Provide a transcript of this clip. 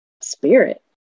spirit